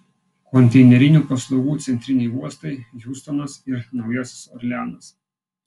konteinerinių paslaugų centriniai uostai hjustonas ir naujasis orleanas